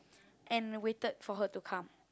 and waited for her to come